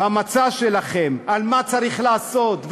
במצע שלכם מה צריך לעשות,